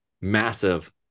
massive